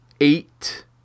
eight